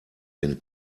den